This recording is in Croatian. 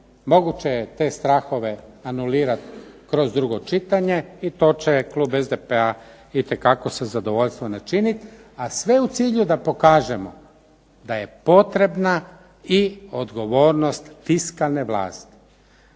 moguće je te strahove anulirati kroz drugo čitanje i to će klub SDP itekako sa zadovoljstvom učiniti, a sve u cilju da pokažemo da je potrebna i odgovornost fiskalne vlasti.